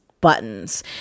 buttons